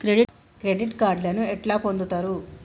Credit కార్డులను ఎట్లా పొందుతరు?